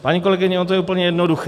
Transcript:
Paní kolegyně, ono to je úplně jednoduché.